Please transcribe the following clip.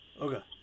Okay